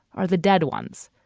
are the dead ones.